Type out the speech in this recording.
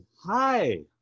Hi